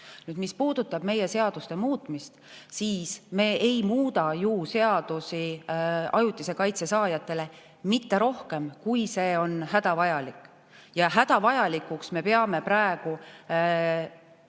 peatunud. Mis puudutab meie seaduste muutmist, siis me ei muuda ju seadusi ajutise kaitse saajate huvides mitte rohkem, kui see on hädavajalik. Hädavajalikuks me peame praegu